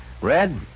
Red